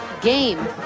game